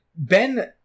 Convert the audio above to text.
Ben